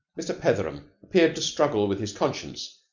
mr. petheram appeared to struggle with his conscience,